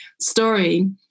story